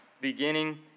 beginning